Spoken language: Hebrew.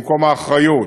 במקום האחריות,